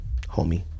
homie